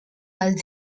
els